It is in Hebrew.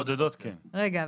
רגע,